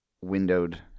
windowed